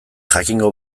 jakingo